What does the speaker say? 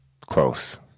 Close